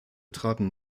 traten